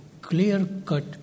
clear-cut